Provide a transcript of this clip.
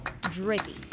Drippy